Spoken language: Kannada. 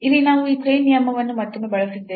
ಇಲ್ಲಿ ನಾವು ಈ ಚೈನ್ ನಿಯಮವನ್ನು ಮತ್ತೊಮ್ಮೆ ಬಳಸಿದ್ದೇವೆ